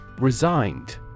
Resigned